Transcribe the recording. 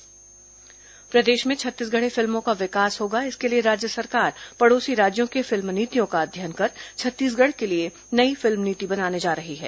Chhattisgarhi film नीति प्रदेश में छत्तीसगढ़ी फिल्मों का विकास होगा इसके लिए राज्य सरकार पड़ोसी राज्यों की फिल्म नीतियों का अध्ययन कर छत्तीसगढ़ के लिए नई फिल्म नीति बनाने जा रही है